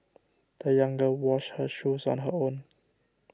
the young girl washed her shoes on her own